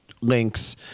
links